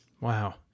wow